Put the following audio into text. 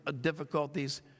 difficulties